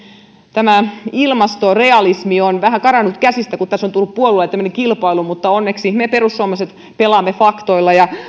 tämä ilmastorealismi on vähän karannut käsistä kun tässä on tullut puolueille tämmöinen kilpailu mutta onneksi me perussuomalaiset pelaamme faktoilla ja